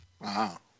wow